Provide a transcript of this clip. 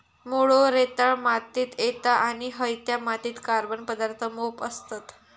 मुळो रेताळ मातीत येता आणि हयत्या मातीत कार्बन पदार्थ मोप असतत